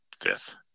fifth